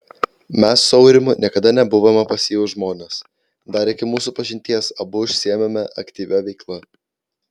mes su aurimu niekada nebuvome pasyvūs žmonės dar iki mūsų pažinties abu užsiėmėme aktyvia veikla